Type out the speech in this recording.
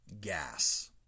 gas